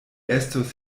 estos